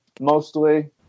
mostly